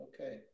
Okay